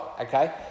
Okay